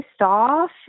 off